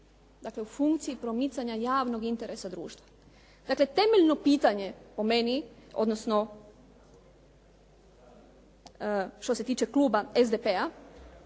Dakle, u funkciji promicanja javnog interesa društva. Dakle, temeljno pitanje po meni, odnosno što se tiče kluba SDP-a